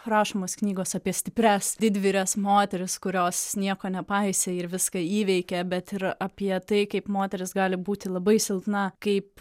rašomos knygos apie stiprias didvyres moteris kurios nieko nepaisė ir viską įveikė bet ir apie tai kaip moteris gali būti labai silpna kaip